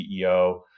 CEO